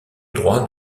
droit